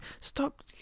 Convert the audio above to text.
stop